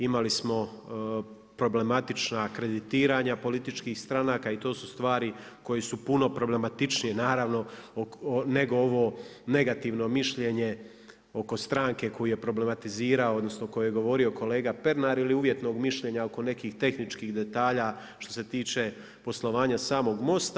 Imali smo problematična kreditiranja političkih stranaka i to su stvari koje su puno problematičnije naravno nego ovo negativno mišljenje oko stranke koju je problematizirao, odnosno o kojoj je govorio kolega Pernar ili uvjetnog mišljenja oko nekih tehničkih detalja što se tiče poslovanja samog MOST-a.